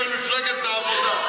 של מפלגת העבודה.